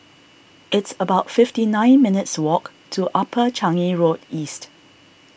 it's about fifty nine minutes' walk to Upper Changi Road East